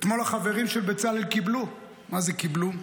אתמול החברים של בצלאל קיבלו, מה זה קיבלו.